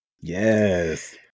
Yes